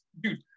dude